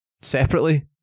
separately